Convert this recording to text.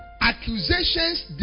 Accusations